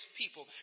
people